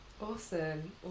awesome